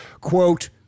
quote